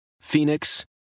Phoenix